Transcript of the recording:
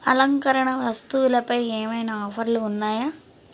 అలంకరణ వస్తువులుపై ఏమైనా ఆఫర్లు ఉన్నాయా